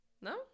No